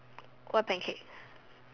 what pancake